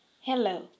Hello